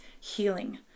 healing